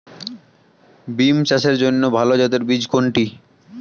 বিম চাষের জন্য ভালো জাতের বীজ কোনটি?